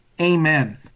amen